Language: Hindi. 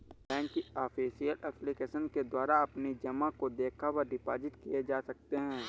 बैंक की ऑफिशियल एप्लीकेशन के द्वारा अपनी जमा को देखा व डिपॉजिट किए जा सकते हैं